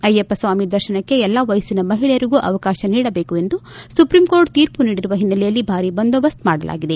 ಅಯ್ಯಪ್ಪ ಸ್ವಾಮಿ ದರ್ಶನಕ್ಕೆ ಎಲ್ಲಾ ವಯಸ್ಸನ ಮಹಿಳೆಯರಿಗೂ ಅವಕಾಶ ನೀಡಬೇಕು ಎಂದು ಸುಪ್ರೀಂಕೋರ್ಟ್ ತೀರ್ಮ ನೀಡಿರುವ ಹಿನ್ನೆಲೆಯಲ್ಲಿ ಭಾರೀ ಬಂದೋಬಸ್ತೆ ಮಾಡಲಾಗಿದೆ